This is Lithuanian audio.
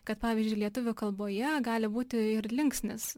kad pavyzdžiui lietuvių kalboje gali būti ir linksnis